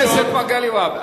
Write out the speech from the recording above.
חבר הכנסת מגלי והבה,